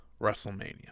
WrestleMania